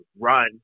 run